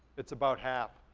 it's about half.